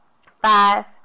five